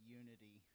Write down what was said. unity